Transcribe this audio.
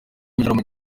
gitaramo